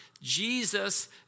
Jesus